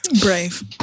Brave